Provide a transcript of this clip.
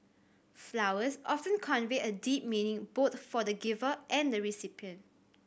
flowers often convey a deep meaning both for the giver and the recipient